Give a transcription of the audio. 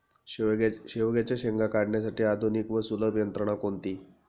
शेवग्याच्या शेंगा काढण्यासाठी आधुनिक व सुलभ यंत्रणा कोणती?